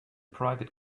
private